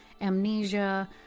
amnesia